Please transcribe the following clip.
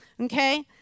okay